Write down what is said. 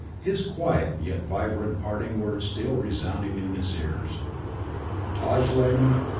his quiet yet vibrant parting words still resounded in his ears taj lamor,